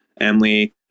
Emily